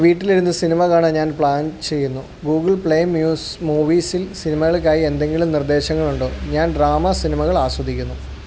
വീട്ടിലിരുന്ന് സിനിമ കാണാൻ ഞാൻ പ്ലാൻ ചെയ്യുന്നു ഗൂഗിൾ പ്ലേ മ്യൂസ് മൂവീസിൽ സിനിമകൾക്കായി എന്തെങ്കിലും നിർദ്ദേശങ്ങളുണ്ടോ ഞാൻ ഡ്രാമ സിനിമകൾ ആസ്വദിക്കുന്നു